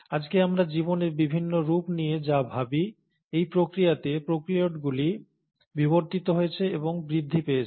আজকে আমরা জীবনের বিভিন্ন রূপ নিয়ে যা ভাবি এই প্রক্রিয়াতে প্রোক্যারিওটগুলিও বিবর্তিত হয়েছে এবং বৃদ্ধি পেয়েছে